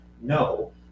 No